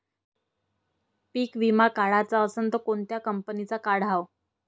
पीक विमा काढाचा असन त कोनत्या कंपनीचा काढाव?